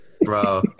Bro